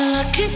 Lucky